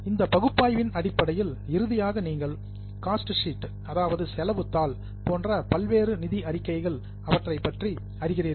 இந்த பகுப்பாய்வின் அடிப்படையில் இறுதியாக நீங்கள் காஸ்ட் ஷீட் அதாவது செலவுத் தாள் போன்ற பல்வேறு நிதி அறிக்கைகள் அவற்றைப் பற்றி அறிகிறீர்கள்